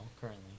currently